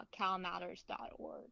calmatters.org